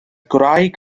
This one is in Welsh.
gwraig